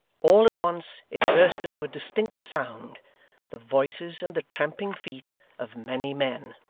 all at once it burst into a distinct sound the voices, and the tramping feet of many men.